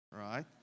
right